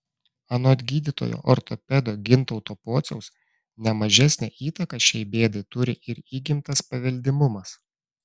anot gydytojo ortopedo gintauto pociaus ne mažesnę įtaką šiai bėdai turi ir įgimtas paveldimumas